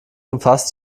umfasst